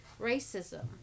racism